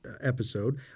episode